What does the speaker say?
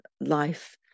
life